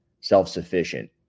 self-sufficient